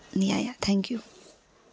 yes yes thank you